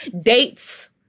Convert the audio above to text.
Dates